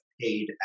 paid